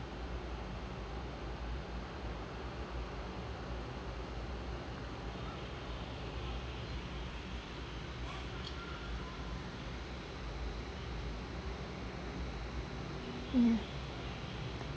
mm